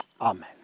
Amen